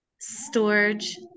Storage